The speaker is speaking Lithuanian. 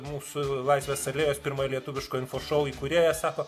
mūsų laisvės alėjos pirmojo lietuviško info šou įkūrėjas sako